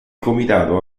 comitato